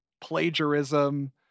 plagiarism